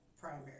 primary